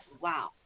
wow